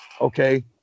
okay